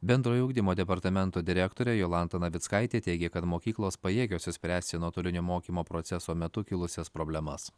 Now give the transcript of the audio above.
bendrojo ugdymo departamento direktorė jolanta navickaitė teigė kad mokyklos pajėgios išspręsti nuotolinio mokymo proceso metu kilusias problemas